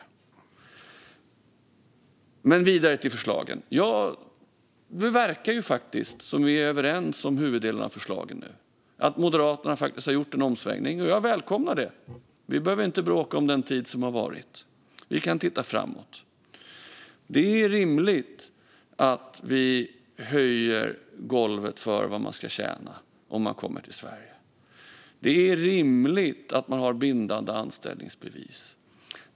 Jag går vidare till förslagen. Nu verkar det faktiskt som att vi är överens om huvuddelen av dem. Moderaterna verkar ha gjort en omsvängning, och jag välkomnar det. Vi behöver inte bråka om den tid som har varit, utan vi kan titta framåt. Det är rimligt att vi höjer golvet för vad man ska tjäna om man kommer till Sverige. Det är rimligt att vi har bindande anställningsbevis.